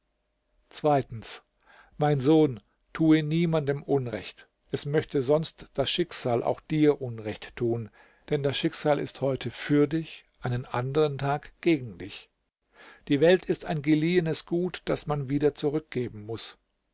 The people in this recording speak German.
zweitens mein sohn tue niemandem unrecht es möchte sonst das schicksal auch dir unrecht tun denn das schicksal ist heute für dich einen anderen tag gegen dich die welt ist ein geliehenes gut das man wieder zurückgeben muß